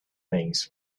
things